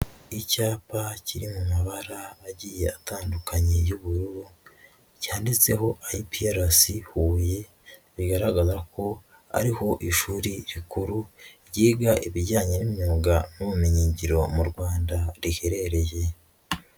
Icyapa kiri mu mabara agiye atandukanye y'ubururu, cyanditseho IPRC HUYE bigaragaza ko ariho ishuri rikuru ryiga ibijyanye n'imyuga n'ubumenyingiro mu Rwanda riherereye.